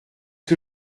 que